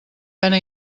pena